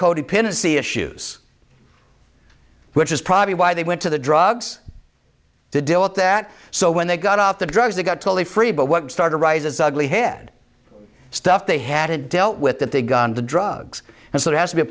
codependency issues which is probably why they went to the drugs to deal with that so when they got off the drugs they got totally free but what started rise as ugly head stuff they had it dealt with that they got the drugs and so it has to be a